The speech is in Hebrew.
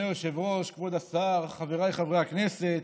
אדוני היושב-ראש, כבוד השר, חבריי חברי הכנסת,